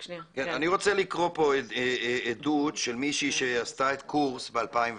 אני רוצה לקרוא פה עדות של מישהי שעשתה את הקורס ב-2020,